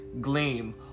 gleam